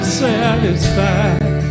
satisfied